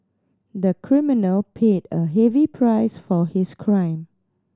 the criminal paid a heavy price for his crime